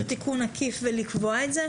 אנחנו לא יכולים לעשות תיקון עקיף ולקבוע את זה?